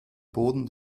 boden